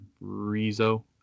Rizzo